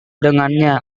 dengannya